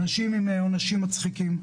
אנשים מקבלים עונשים מצחיקים,